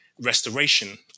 restoration